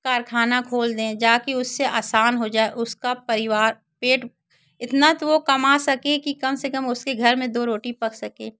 कारख़ाना खोल दें जाकर उससे आसान हो जाए उसका परिवार पेट इतना तो वह कमा सके कि कम से कम उसके घर में दो रोटी पक सके